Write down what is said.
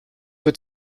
für